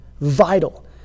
vital